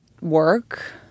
work